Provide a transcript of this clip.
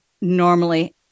normally